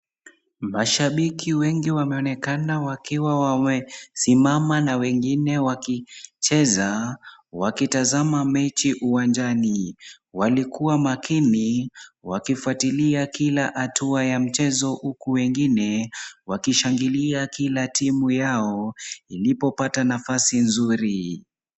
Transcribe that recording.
Mashabiki wengi wameonekana wakiwa wamesimama na wengine wakicheza, wakitazama mechi uwanjani. Walikuwa makini wakifuatilia kila hatua ya mchezo, huku wengine wakishangilia kila timu yao ilipopata nafasi nzuri.